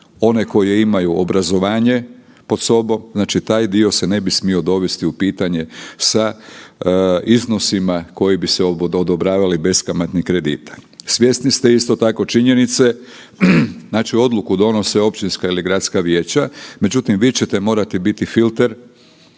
one koje imaju obrazovanje pod sobom, znači taj dio se ne bi smio dovesti u pitanje sa iznosima kojim bi se odobravali beskamatni krediti. Svjesni ste isto tako činjenice, znači odluku donose općinska ili gradska vijeća, međutim vi ćete morati biti filter